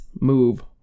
move